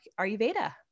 Ayurveda